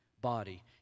body